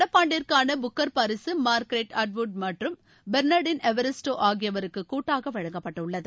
நடப்பாண்டிற்கான புக்கர் பரிசு Margaret Atwood மற்றும் பெல்னாடினா எவரிஸ்டோ ஆகியவருக்கு கூட்டாக வழங்கப்பட்டுள்ளது